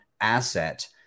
asset